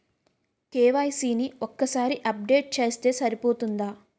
KYC ని ఒక్కసారి update చేస్తే సరిపోతుందా?